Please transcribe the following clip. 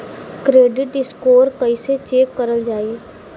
Credit score कइसे check करल जायी?